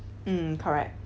mm correct